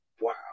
Wow